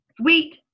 Sweet